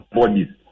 bodies